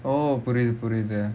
oh புரிது புரிது:purithu purithu